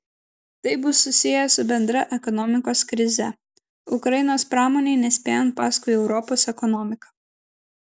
tai bus susiję su bendra ekonomikos krize ukrainos pramonei nespėjant paskui europos ekonomiką